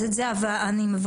אז את זה אני מבקשת.